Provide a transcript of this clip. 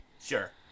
Sure